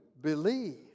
believe